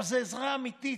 אבל זאת עזרה אמיתית,